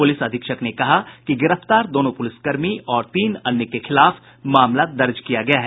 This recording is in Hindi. प्रलिस अधीक्षक ने कहा कि गिरफ्तार दोनों पूलिसकर्मी और तीन अन्य के खिलाफ मामला दर्ज किया गया है